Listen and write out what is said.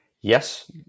Yes